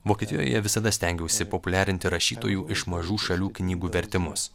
vokietijoje visada stengiausi populiarinti rašytojų iš mažų šalių knygų vertimus